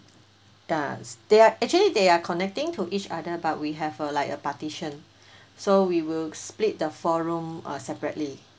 does they are actually they are connecting to each other but we have uh like a partition so we will split the four room uh separately